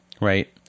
right